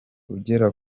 ugera